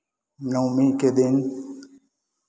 नवमी के दिन